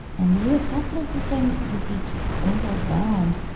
and the u s. hospital system would be just overwhelmed.